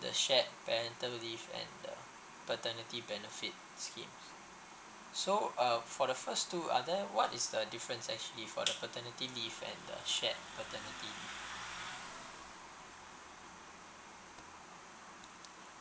the shared parental leave and the paternity benefit scheme so uh for the first two are there what is the difference actually for the paternity leave and the shared paternity